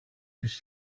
τις